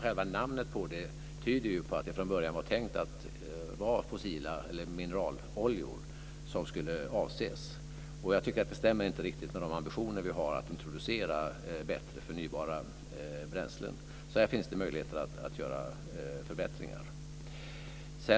Själva namnet tyder ju på att det från början var mineraloljor som skulle avses. Det stämmer inte riktigt med de ambitioner vi har att introducera bättre förnybara bränslen. Här finns det möjligheter att göra förbättringar.